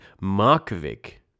Markovic